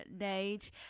Age